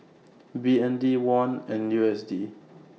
B N D Won and U S D